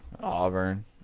Auburn